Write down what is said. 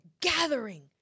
Gathering